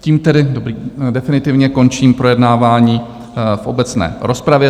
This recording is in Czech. Tím tedy definitivně končím projednávání v obecné rozpravě.